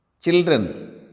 Children